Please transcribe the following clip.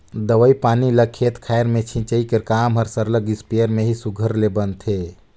दवई पानी ल खेत खाएर में छींचई कर काम हर सरलग इस्पेयर में ही सुग्घर ले बनथे